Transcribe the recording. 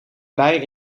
bij